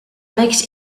make